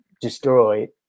destroyed